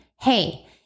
Hey